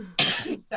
Sorry